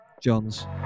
John's